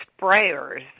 sprayers